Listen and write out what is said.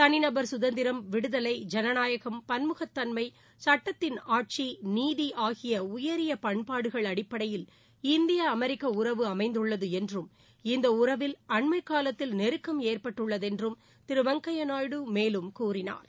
தனிநபர் குதந்திரம் விடுதலை ஜனநாயகம் பன்முகதன்மை சுட்டத்தின் ஆட்சி ப்பநீதிஆகியஉயரியபண்பாடுகள் அடிப்படையில் இந்திய அமெரிக்க அமைந்துள்ளதுஎன்றும் இந்தஉறவில் அண்மைகாலத்தில் நெருக்கம் ஏற்பட்டுள்ளதென்றும் திருவெங்கையாநாயுடு மேலும் கூறினாா்